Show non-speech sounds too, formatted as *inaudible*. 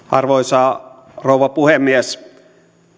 *unintelligible* arvoisa rouva puhemies